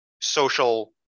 social